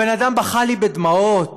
הבן-אדם בכה לי בדמעות